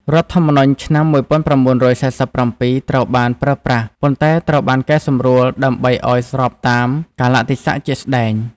រដ្ឋធម្មនុញ្ញឆ្នាំ ១៩៤៧ ត្រូវបានប្រើប្រាស់ ប៉ុន្តែត្រូវបានកែសម្រួលដើម្បីឱ្យស្របតាមកាលៈទេសៈជាក់ស្តែង។